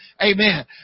Amen